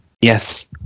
Yes